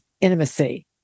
intimacy